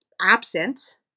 absent